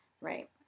Right